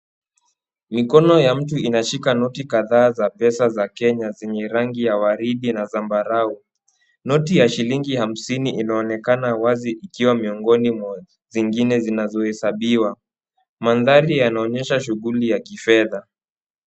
Mikono ya mtu inashika noti kadhaa za pesa ya kenya zenye rangi ya waridi na zambarau. Noti ya shilingi hamsini inaonekana wazi ikiwa miongoni mwa zingine zinazohesabiwa. Mandhari yanaonyesha shughuli ya kifedha.